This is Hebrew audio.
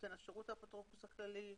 נותן השירות הוא האפוטרופוס הכללי.